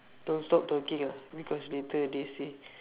don't stop talking ah because later they say